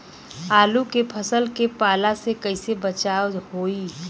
आलू के फसल के पाला से कइसे बचाव होखि?